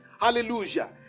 Hallelujah